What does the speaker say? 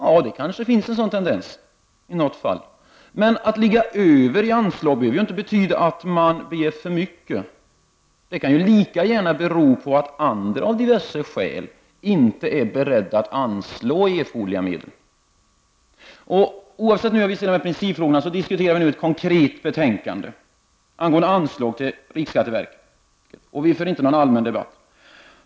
Ja, det finns kanske en sådan tendens, i något fall. Men att man ligger över i anslag behöver inte betyda att man begär för mycket — det kan lika gärna bero på att andra, av diverse skäl, inte är beredda att anslå erforderliga medel. Oavsett dessa principfrågor diskuterar vi nu ett konkret betänkande angående anslagen til RSV; vi för inte någon allmän debatt.